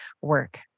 work